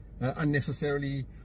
unnecessarily